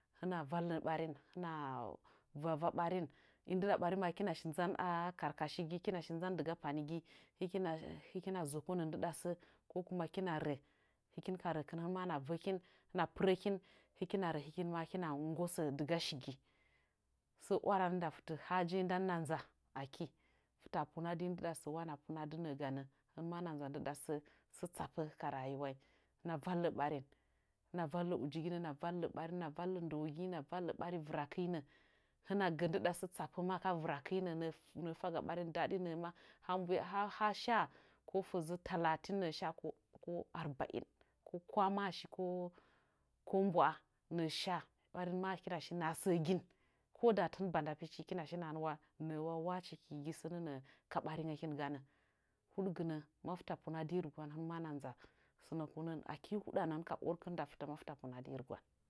Hɨna valle ɓarin hɨna vava ɓarin i ndɨɗa ɓari ma hɨkina nzan a karkashi gi dɨga panigi kɨkina hɨkina zokonə ndɨɗa sə ko kuma kina rə hɨkin ka rəkɨn hɨnma na vəkin hɨna pɨrəki hɨkina rə hɨkinma hɨna nggosə dɨga shigi sə waranə nda fɨtə hajen ndan na nza aki fitəa punadi ndɨɗa səwa hɨna puna dɨ nə'ə ganə hana nza ndɨɗa sə sə tsapə ka rayuwai hɨna valle ɓarin hɨna valle ujiginə hɨna valle ɓarin hɨna valle ndəwogin hɨna valle ɓari vɨrakɨnə hɨna gə ndɨɗa sə tsappə ma ka vɨra kɨɨnə nə'ə faga ɓarin daɗi nema ha mbuya haha sha ko fəzə talatin nə'ə shakoko arba'in ko kwahmashi ko mba'wa nə'ə shaɓarin ma hɨkina shi noha səgin koda tɨn ba nda pichi hɨkina wa nə'əwa wuce kɨe shi gi sə nənə'ə ka baringəkin ganə huɗgɨnə mafta punadi rɨgwan hɨn mana nza sənəkunəngənkɨn aki huɗanə hɨnka or kɨn nda fɨtə